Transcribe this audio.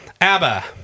ABBA